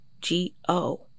G-O